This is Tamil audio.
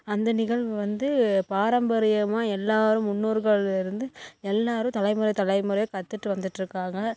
அந்த நிகழ்வு வந்து பாரம்பரியமாக எல்லாரும் முன்னோர்கள்லருந்து எல்லாரும் தலைமுறை தலைமுறையாக கற்றுட்டு வந்துட்டுருக்காங்க